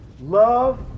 love